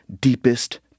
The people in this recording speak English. deepest